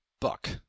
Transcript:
Buck